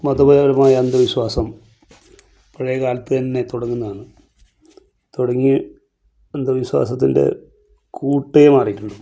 പൊതുവേ ഉള്ളൊരു അന്ധവിശ്വാസം പഴയ കാലത്ത് തന്നെ തുടങ്ങുന്നതാണ് തുടങ്ങി അന്ധവിശ്വാസത്തിൻ്റെ കൂട്ടമേ മാറീട്ടുണ്ട്